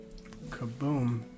Kaboom